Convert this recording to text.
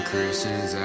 Christians